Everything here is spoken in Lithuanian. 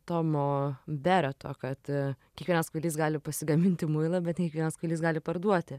tomo dereto kad kiekvienas kvailys gali pasigaminti muilą bet ne kiekvienas kvailys gali parduoti